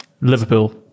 Liverpool